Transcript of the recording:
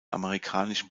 amerikanischen